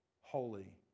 Holy